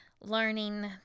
learning